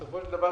סודר,